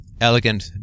elegant